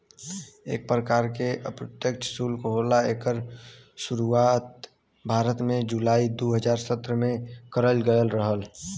एक परकार के अप्रत्यछ सुल्क होला एकर सुरुवात भारत में जुलाई दू हज़ार सत्रह में करल गयल रहल